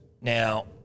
Now